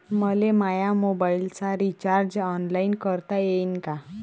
मले माया मोबाईलचा रिचार्ज ऑनलाईन करता येईन का?